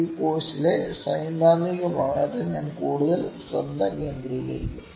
ഈ കോഴ്സിലെ സൈദ്ധാന്തിക ഭാഗത്ത് ഞാൻ കൂടുതൽ ശ്രദ്ധ കേന്ദ്രീകരിക്കും